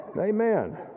Amen